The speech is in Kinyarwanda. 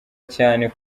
cyane